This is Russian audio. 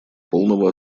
полного